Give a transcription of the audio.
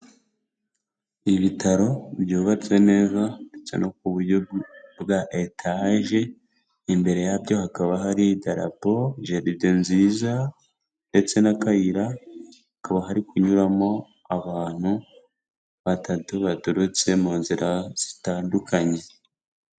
Ibitaro byubatswe neza ndetse no ku buryo bwa etaji, imbere yabyo hakaba hari idarapo, jaride nziza ndetse n'akayira. Hakaba hari kunyuramo abantu batatu baturutse mu nzira zitandukanye.